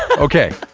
ok.